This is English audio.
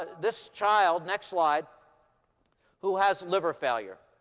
this child next slide who has liver failure.